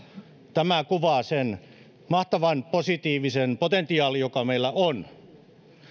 tämä kuvaa sen mahtavan positiivisen potentiaalin joka meillä on